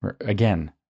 Again